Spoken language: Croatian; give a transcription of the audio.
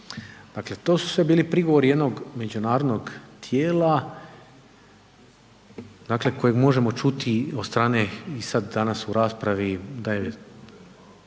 Dakle to su sve bili prigovori jednog međunarodnog tijela kojeg možemo čuti od strane i danas u raspravi